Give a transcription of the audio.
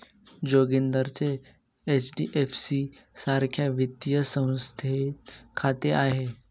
जोगिंदरचे एच.डी.एफ.सी सारख्या वित्तीय संस्थेत खाते आहे